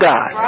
God